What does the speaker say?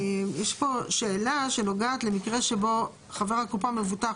יש פה שאלה שנוגעת למקרה שבו חבר הקופה מבוטח,